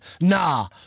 nah